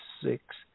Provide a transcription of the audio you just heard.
six